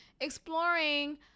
exploring